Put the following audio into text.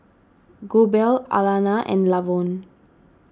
Goebel Alannah and Lavon